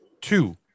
Two